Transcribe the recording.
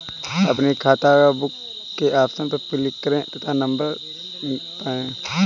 अपनी खाताबुक के ऑप्शन पर क्लिक करें तथा खाता नंबर पाएं